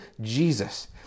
Jesus